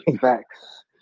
Facts